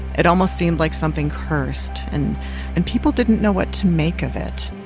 it almost seemed like something cursed, and and people didn't know what to make of it